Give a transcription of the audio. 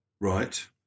Right